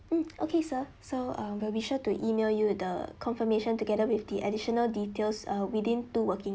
mm okay sir so uh we'll be sure to email you the confirmation together with the additional details uh within two working